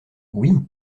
oui